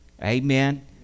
amen